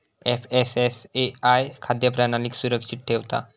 FSSAI खाद्य प्रणालीक सुरक्षित ठेवता